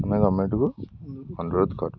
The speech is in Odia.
ଆମେ ଗଭର୍ଣ୍ଣମେଣ୍ଟକୁ ଅନୁରୋଧ କରୁଛୁ